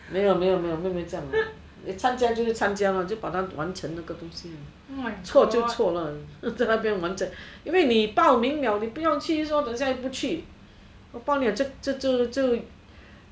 没有没有没有这样的参加就是参加就把他完成那个东西错就错啦 ha 在那边完成因为你报名了你不要去说然后等一下说不去我这就就就